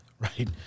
right